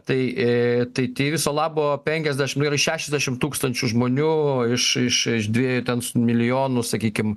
tai į tai viso labo penkiasdešimt šešiasdešimt tūkstančių žmonių iš iš iš dviejų ten su milijonu sakykim